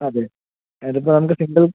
അതെ ഇതിപ്പോൾ നമുക്ക് സിംഗിൾ